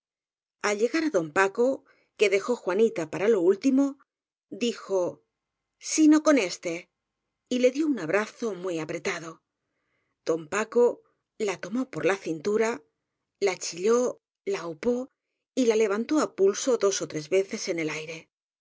al llegar á don paco que dejó juanita para lo último dijo sino con éste y le dió un abrazo muy apretado don paco la tomó por la cintura la chilló la a upó y la levantó á pulso dos ó tres veces en el aire